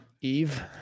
Eve